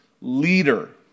Leader